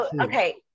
Okay